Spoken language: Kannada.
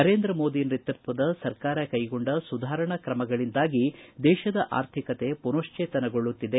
ನರೇಂದ್ರ ಮೋದಿ ನೇತೃತ್ವದ ಸರ್ಕಾರ ಕೈಗೊಂಡ ಸುಧಾರಣಾ ಕ್ರಮಗಳಿಂದಾಗಿ ದೇಶದ ಆರ್ಥಿಕತೆ ಮನಕ್ಲೇತನಗೊಳ್ಳುತ್ತಿದೆ